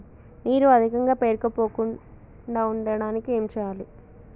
నీరు అధికంగా పేరుకుపోకుండా ఉండటానికి ఏం చేయాలి?